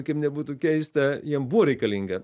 kaip nebūtų keista jiem buvo reikalinga